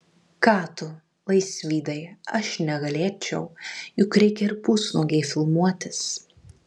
ką tu laisvydai aš negalėčiau juk reikia ir pusnuogei filmuotis